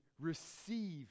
receive